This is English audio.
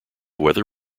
weather